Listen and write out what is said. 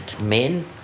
men